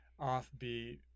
offbeat